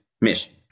mission